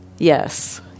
Yes